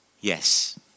yes